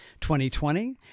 2020